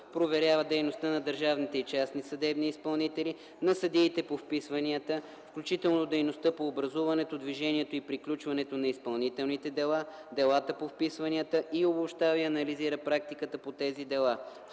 проверява дейността на държавните и частни съдебни изпълнители, на съдиите по вписванията, включително дейността по образуването, движението и приключването на изпълнителните дела, делата по вписванията и обобщава и анализира практиката по тези дела;